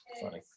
funny